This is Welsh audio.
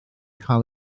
cael